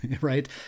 right